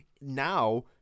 Now